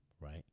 right